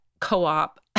co-op